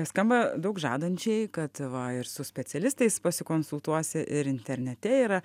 skamba daug žadančiai kad va ir su specialistais pasikonsultuosi ir internete yra